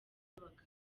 n’abaganga